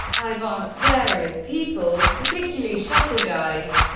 i've asked various people, particularly shuttle guys,